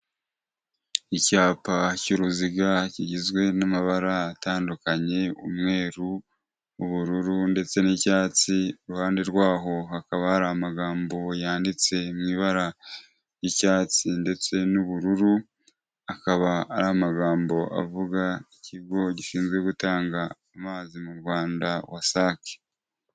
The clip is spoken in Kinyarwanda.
Icyapa cy'uruziga cyigizwe n'amabara atandukanye: umweru, ubururu ndetse n'icyatsi, iruhande rwaho hakaba hari amagambo yanditse mu ibara ry'icyatsi ndetse n'ubururu, akaba ari amagambo avuga ikigo gishinzwe gutanga amazi mu Rwanda WASAC.